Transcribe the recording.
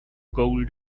gold